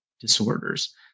disorders